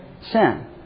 Sin